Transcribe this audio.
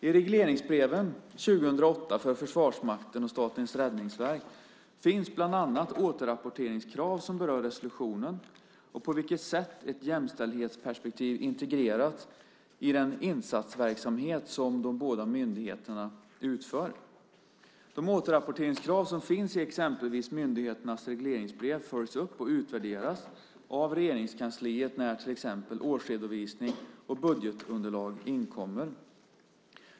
I regleringsbreven för 2008 för Försvarsmakten och Statens räddningsverk finns bland annat återrapporteringskrav som berör resolutionen och på vilket sätt ett jämställdhetsperspektiv integrerats i den insatsverksamhet som de båda myndigheterna utför. De återrapporteringskrav som finns i exempelvis myndigheternas regleringsbrev följs upp och utvärderas av Regeringskansliet när till exempel årsredovisning och budgetunderlag inkommer.